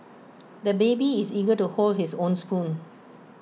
the baby is eager to hold his own spoon